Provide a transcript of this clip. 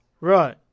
right